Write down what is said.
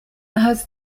has